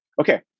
Okay